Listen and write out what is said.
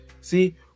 see